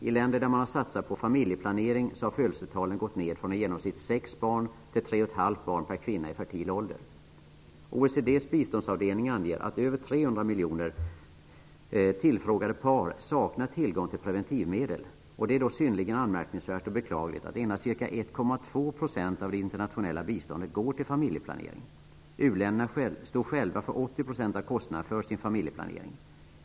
I länder där man har satsat på familjeplanering har födelsetalen gått ner från i genomsnitt 6 till 3,5 barn per kvinna i fertil ålder. OECD:s biståndsavdelning anger att över 300 miljoner tillfrågade par saknar tillgång till preventivmedel. Det är då synnerligen anmärkningsvärt och beklagligt att endast ca 1,2 % av det internationella biståndet går till familjeplanering.